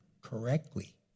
correctly